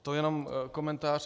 To jenom komentář.